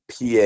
PA